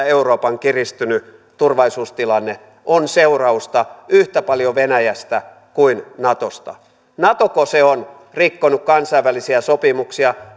euroopan kiristynyt turvallisuustilanne on seurausta yhtä paljon venäjästä kuin natosta natoko se on rikkonut kansainvälisiä sopimuksia